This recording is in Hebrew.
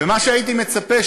ומה שהייתי מצפה,